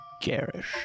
Garish